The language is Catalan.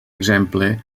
exemple